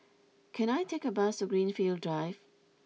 can I take a bus to Greenfield Drive